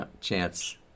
Chance